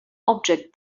object